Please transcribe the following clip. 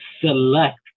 select